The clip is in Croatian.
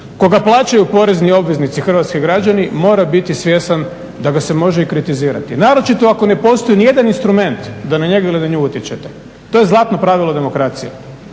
koga plaćaju porezni obveznici hrvatski građani mora biti svjestan da ga se može i kritizirati naročito ako ne postoji ni jedan instrument da na njega ili na nju utječete. To je zlatno pravilo demokracije